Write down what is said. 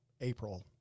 April